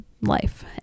life